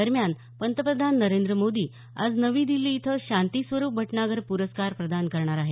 दरम्यान पंतप्रधान नरेंद्र मोदी आज नवी दिल्ली इथे शांती स्वरूप भटनागर पुरस्कार प्रदान करणार आहेत